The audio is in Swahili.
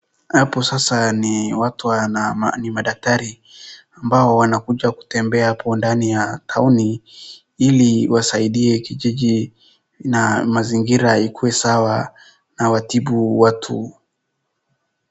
Hapo sasa ni madaktrai ambao wanakuja kutembea hapo ndani ya taoni ili wasaidie kijiji na mazingira ikuwe sawa na watibu watu.